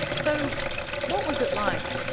so what was it like?